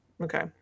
Okay